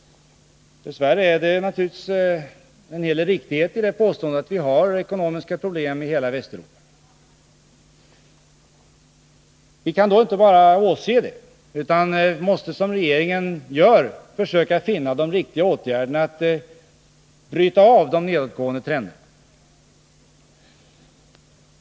Dess värre ligger det en hel del riktighet i det påståendet — man har ekonomiska problem i hela Västeuropa. Vi kan då inte bara åse det utan måste, som regeringen gör, försöka finna de riktiga åtgärderna för att bryta den nedåtgående trenden.